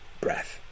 breath